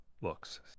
looks